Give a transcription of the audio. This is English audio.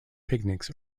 picnics